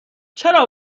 چرا